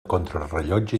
contrarellotge